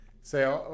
say